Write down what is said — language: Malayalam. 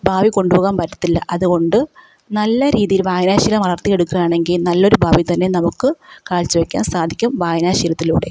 ഭാവി കൊണ്ടുപോകാൻ പറ്റില്ല അതുകൊണ്ട് നല്ല രീതിയിൽ വായനാശീലം വളർത്തി എടുക്കുവാണെങ്കിൽ നല്ലൊരു ഭാവി തന്നെ നമുക്ക് കാഴ്ച വയ്ക്കാൻ സാധിക്കും വായനാശീലത്തിലൂടെ